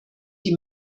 die